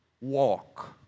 walk